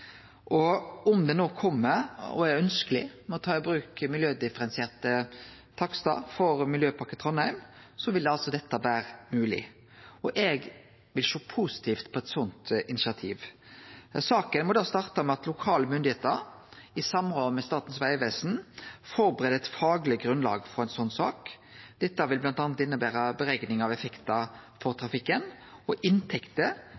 Om det no kjem opp at det er ønskjeleg å ta i bruk miljødifferensierte takstar for Miljøpakken Trondheim, vil det vere mogleg. Eg vil sjå positivt på eit sånt initiativ. Saka må da starte med at lokale myndigheiter i samråd med Statens vegvesen førebur eit fagleg grunnlag for ei sånn sak. Dette vil bl.a. innebere berekning av effektar for trafikken og inntekter